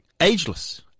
ageless